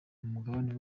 mugabane